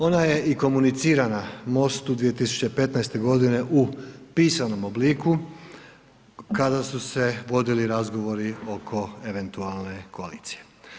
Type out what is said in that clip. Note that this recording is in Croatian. Ona je i komuniciranja u MOST-u 2015. godine u pisanom obliku kada su se vodili razgovori oko eventualne koalicije.